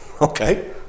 Okay